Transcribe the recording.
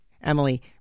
Emily